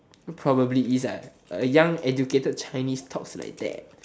so probably is what a young educated chinese talks like that